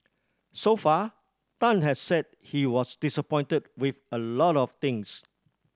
so far Tan has said he was disappointed with a lot of things